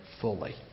fully